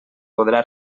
podrà